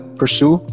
pursue